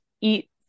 eat